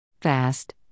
Fast